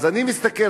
אז אני מסתכל,